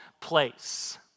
place